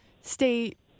state